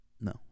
No